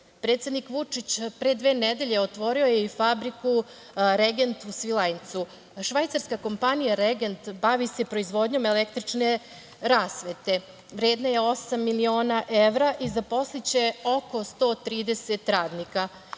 Predsednik Vučić pre dve nedelje otvorio je i fabriku „Regent“ u Svilajncu. Švajcarska kompanija „Regent“ bavi se proizvodnjom električne rasvete, vredne osam miliona evra i zaposliće oko 130 radnika